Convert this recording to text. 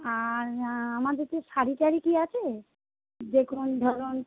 আর আমাদের শাড়ি টাড়ি কি আছে যে কোন ধরন